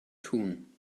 tun